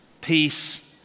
Peace